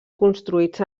construïts